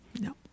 No